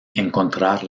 encontrar